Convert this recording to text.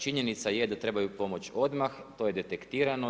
Činjenica je da trebaju pomoć odmah, to je detektirano.